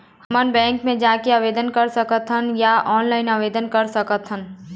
हमन बैंक मा जाके आवेदन कर सकथन या ऑनलाइन आवेदन कर सकथन?